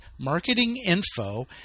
marketinginfo